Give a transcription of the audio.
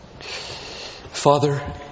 Father